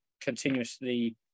continuously